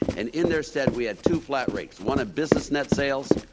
and, in there, said we had two flat rates, one of business net sales,